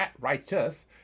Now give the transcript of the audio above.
righteous